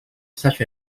such